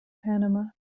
panama